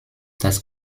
das